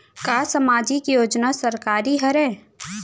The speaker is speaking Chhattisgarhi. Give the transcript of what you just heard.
का सामाजिक योजना सरकारी हरे?